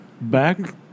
Back